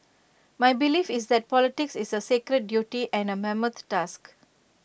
my belief is that politics is A sacred duty and A mammoth task